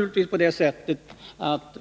Dahlgren nyss uttryckte det.